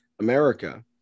America